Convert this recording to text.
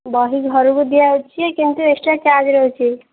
ବହି ଘରୁକୁ ଦିଆହେଉଛି ଯେ କିନ୍ତୁ ଏକ୍ସଟ୍ରା ଚାର୍ଜ୍ ରହୁଛି